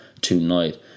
tonight